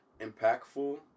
impactful